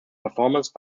performance